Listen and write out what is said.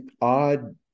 odd